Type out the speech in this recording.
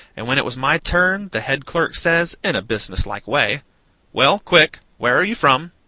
and when it was my turn the head clerk says, in a business-like way well, quick! where are you from?